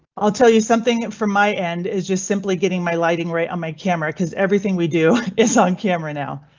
i'll tell you something from my end is just simply getting my lighting right on my camera cause everything we do is on camera now.